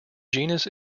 genus